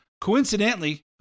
coincidentally